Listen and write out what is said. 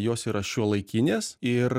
jos yra šiuolaikinės ir